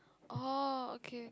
oh okay